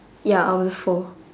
ya out of the four